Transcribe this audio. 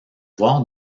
voir